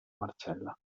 marcella